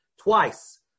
twice